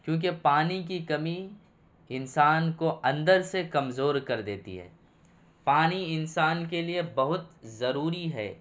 کیونکہ پانی کی کمی انسان کو اندر سے کمزور کر دیتی ہے پانی انسان کے لیے بہت ضروری ہے